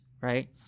right